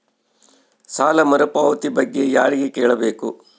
ಸಾಲ ಮರುಪಾವತಿ ಬಗ್ಗೆ ಯಾರಿಗೆ ಕೇಳಬೇಕು?